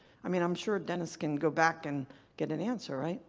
i mean i'm sure dennis can go back and get an answer, right?